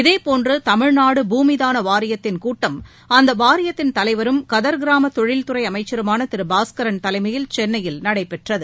இதேபோன்றுதமிழ்நாடு பூமிதானவாரியத்தின் கூட்டம் அந்தவாரியத்தின் தலைவரும் கதர் கிராமதொழில் துறைஅமைச்சருமானதிருபாஸ்கரன் தலைமையில் சென்னையில் நடைபெற்றது